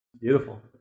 Beautiful